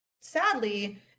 sadly